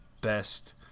best